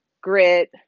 grit